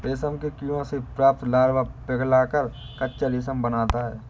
रेशम के कीड़ों से प्राप्त लार्वा पिघलकर कच्चा रेशम बनाता है